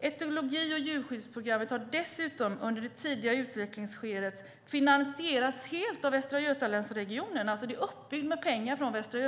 Etologi och djurskyddsprogrammet har dessutom under det tidigare utvecklingsskedet finansierats helt av Västa Götalandsregionen. Det är alltså uppbyggt med pengar från regionen.